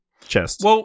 chest